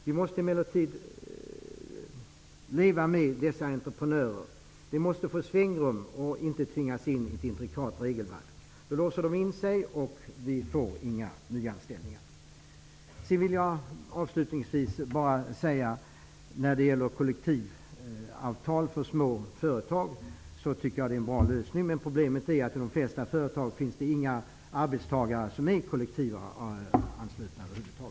Vi måste emellertid leva med dessa entreprenörer. De måste få svängrum och inte tvingas in i ett intrikat regelverk. Då låser de in sig, och vi får inga nyanställningar. Avslutningsvis vill jag säga att jag tycker att kollektivavtal för småföretag är en bra lösning. Problemet är att det i de flesta företag inte finns över huvud taget några arbetstagare som är anslutna till kollektivavtal.